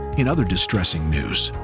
in other distressing news,